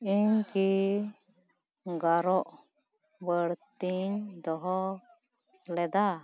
ᱤᱧᱠᱤ ᱜᱟᱨᱜᱽ ᱵᱟᱹᱲᱛᱤᱧ ᱫᱚᱦᱚ ᱞᱮᱫᱟ